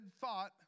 thought